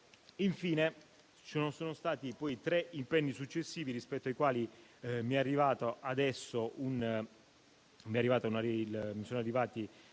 Infine, ci sono stati tre impegni successivi, rispetto ai quali sono arrivati adesso